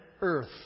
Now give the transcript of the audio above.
earth